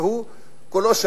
והוא קולו של